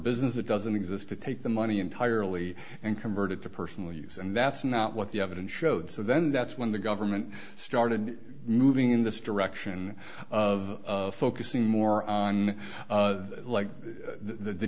business that doesn't exist to take the money entirely and convert it to personal use and that's not what the evidence showed then that's when the government started moving in this direction of focusing more on like the